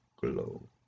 glow